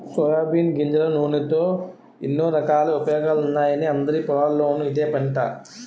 soybean గింజల నూనెతో ఎన్నో రకాల ఉపయోగాలున్నాయని అందరి పొలాల్లోనూ ఇదే పంట